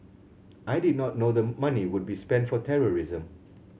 I did not know the money would be spent for terrorism